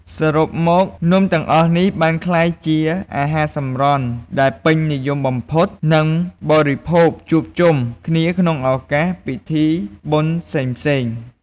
សរុបមកនំទាំងអស់នេះវាបានក្លាយជាអាហារសម្រន់ដែលពេញនិយមបំផុត និងបរិភោគជួបជុំគ្នាក្នុងឧកាសពិធីបុណ្យផ្សេងៗ។